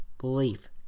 belief